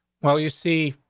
well, you see,